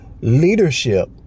leadership